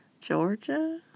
georgia